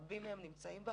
רבים מהם נמצאים בה.